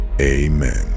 amen